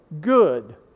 good